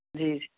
جی